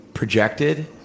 Projected